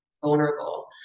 vulnerable